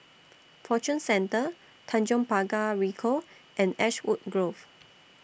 Fortune Centre Tanjong Pagar Ricoh and Ashwood Grove